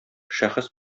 шәхес